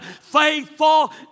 faithful